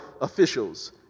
officials